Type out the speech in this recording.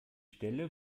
stelle